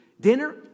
dinner